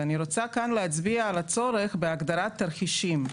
ואני רוצה כאן להצביע על הצורך בהגדרת תרחישים.